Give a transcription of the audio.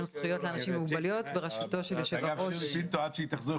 זכויות לאנשים עם מוגבלויות ברשותו של יושב הראש יוראי להב הרצנו.